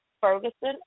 Ferguson